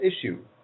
issue